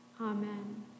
Amen